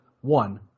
one